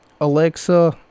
alexa